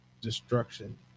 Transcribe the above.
destruction